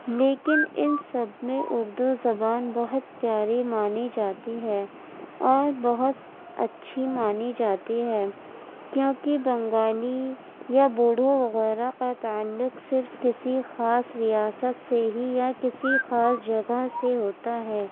لیکن ان سب میں اردو زبان بہت پیاری مانی جاتی ہے اور بہت اچھی مانی جاتی ہے کیوںکہ بنگالی یا بوڈو وغیرہ کا تعلق صرف کسی خاص ریاست سے ہی یا کسی خاص جگہ سے ہوتا ہے